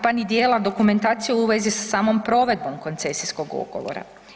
Pa ni dijela dokumentacije u vezi sa samom provedbom koncesijskog ugovora.